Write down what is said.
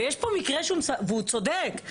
ויש פה מקרה, והוא צודק.